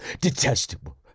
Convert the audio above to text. detestable